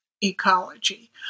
ecology